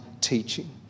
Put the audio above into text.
teaching